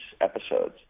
episodes